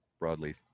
broadleaf